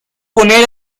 poner